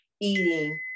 eating